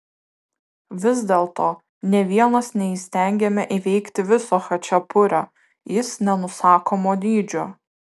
vis dėlto nė vienas neįstengiame įveikti viso chačapurio jis nenusakomo dydžio